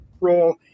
role